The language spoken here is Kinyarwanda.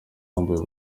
yambaye